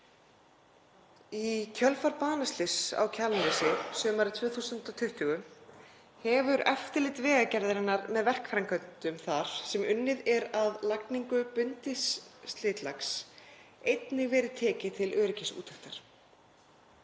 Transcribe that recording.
Í kjölfar banaslyss á Kjalarnesi sumarið 2020 hefur eftirlit Vegagerðarinnar með verkframkvæmd þar sem unnið er að lagningu bundins slitlags einnig verið tekið til öryggisúttektar.